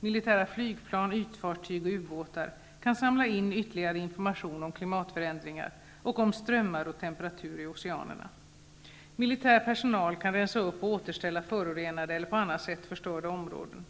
Militära flygplan, ytfartyg och ubåtar kan samla in ytterligare information om klimatförändringar och om strömmar och temperaturer i oceanerna. Militär personal kan rensa upp och återställa förorenade eller på annat sätt förstörda områden.